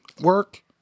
work